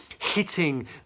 hitting